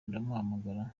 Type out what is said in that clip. ndamuhamagara